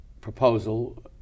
proposal